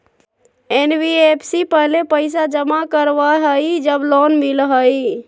NBFC पहले पईसा जमा करवहई जब लोन मिलहई?